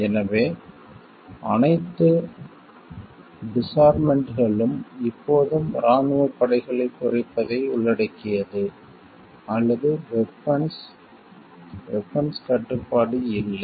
எனவே அனைத்து டிசார்மாமென்ட்களும் எப்போதும் இராணுவப் படைகளைக் குறைப்பதை உள்ளடக்கியது அல்லது வெபன்ஸ் வெபன்ஸ் கட்டுப்பாடு இல்லை